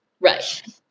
Right